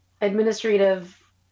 administrative